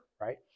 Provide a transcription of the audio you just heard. right